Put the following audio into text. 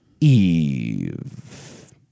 Eve